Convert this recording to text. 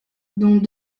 dont